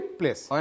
place